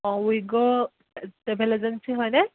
অঁ we grow travel agency হয়নে